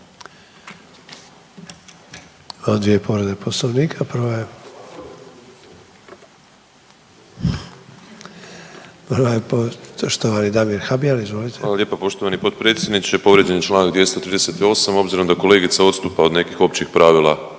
Imamo dvije povrede poslovnika, prva je poštovani Damir Habijan. Izvolite. **Habijan, Damir (HDZ)** Hvala lijepo poštovani potpredsjedniče. Povrijeđen je čl. 238. Obzirom da kolegica odstupa od nekih općih pravila